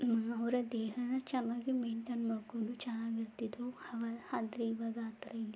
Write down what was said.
ಅವರ ದೇಹನ ಚೆನ್ನಾಗಿ ಮೇಯ್ನ್ಟೇನ್ ಮಾಡಿಕೊಂಡು ಚೆನ್ನಾಗಿರ್ತಿದ್ರು ಆವಾಗ ಆದರೆ ಈವಾಗ ಆ ಥರ ಇಲ್ಲ